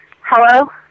Hello